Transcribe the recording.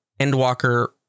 Endwalker